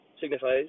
signifies